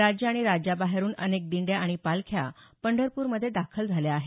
राज्य आणि राज्याबाहेरून अनेक दिंड्या आणि पालख्या पंढरपूरमध्ये दाखल झाल्या आहेत